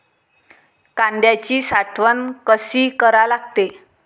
कांद्याची साठवन कसी करा लागते?